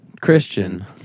Christian